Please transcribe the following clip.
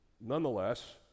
nonetheless